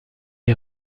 est